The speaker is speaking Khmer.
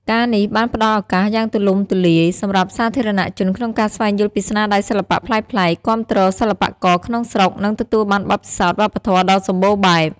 ការណ៍នេះបានផ្តល់ឱកាសយ៉ាងទូលំទូលាយសម្រាប់សាធារណជនក្នុងការស្វែងយល់ពីស្នាដៃសិល្បៈប្លែកៗ គាំទ្រសិល្បករក្នុងស្រុក និងទទួលបានបទពិសោធន៍វប្បធម៌ដ៏សម្បូរបែប។